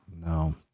No